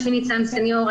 שמי ניצן סניור,